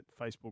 Facebook